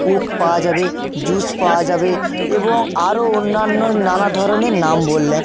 Coke পাওয়া যাবে juice পাওয়া যাবে এবং আরো অন্যান্য নানা ধরনের নাম বললেন